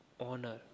honor